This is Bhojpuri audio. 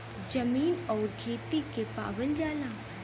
जमीन आउर खेती के पावल जाला